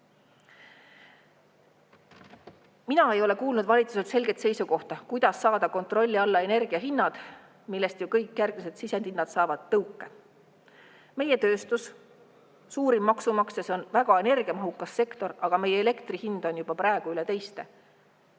Mina ei ole kuulnud valitsuse selget seisukohta, kuidas saada kontrolli alla energia hinnad, millest ju kõik järgmised sisendhinnad tõuke saavad. Meie tööstus, suurim maksumaksja, on väga energiamahukas sektor, aga elektri hind on meil juba praegu üle teiste.